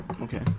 Okay